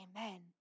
Amen